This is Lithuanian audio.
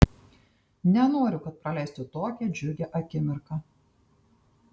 nenoriu kad praleistų tokią džiugią akimirką